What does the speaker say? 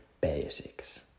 basics